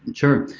sure.